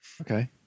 Okay